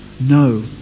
no